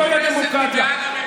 זוהי הדמוקרטיה.